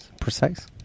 precise